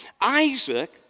Isaac